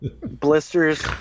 Blisters